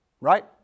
Right